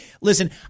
Listen